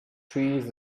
trees